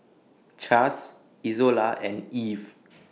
Chas Izola and Eve